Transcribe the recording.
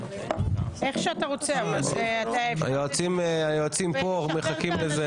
איך שאתה רוצה --- היועצים פה, הם מחכים לזה.